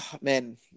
man